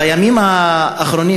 בימים האחרונים,